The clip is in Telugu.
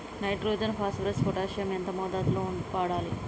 నైట్రోజన్ ఫాస్ఫరస్ పొటాషియం ఎంత మోతాదు లో వాడాలి?